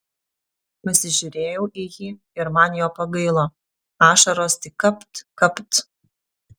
pasižiūrėjau į jį ir man jo pagailo ašaros tik kapt kapt